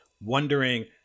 wondering